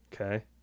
Okay